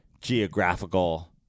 geographical